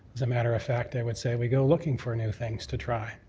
as a matter of fact, i would say we go looking for new things to try.